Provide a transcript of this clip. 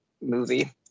movie